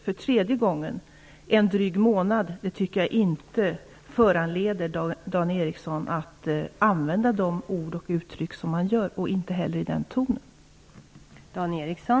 För tredje gången: Jag tycker inte att en dryg månad föranleder Dan Ericsson att använda de ord och uttryck som han gör och inte heller den tonen.